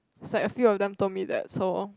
is like a few of them told me that so